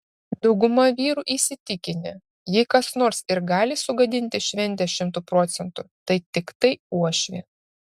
dauguma vyrų įsitikinę jei kas nors ir gali sugadinti šventę šimtu procentų tai tiktai uošvė